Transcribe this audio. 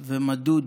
ומדוד.